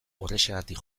horrexegatik